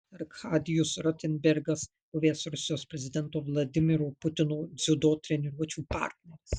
arkadijus rotenbergas buvęs rusijos prezidento vladimiro putino dziudo treniruočių partneris